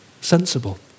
sensible